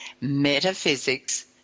metaphysics